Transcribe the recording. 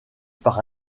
par